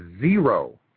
zero